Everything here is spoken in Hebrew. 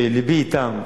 שלבי אתם.